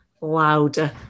louder